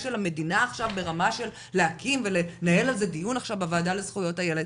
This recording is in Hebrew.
של המדינה ברמה של להקים ולנהל על זה דיון בוועדה לזכויות הילד?